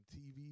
TV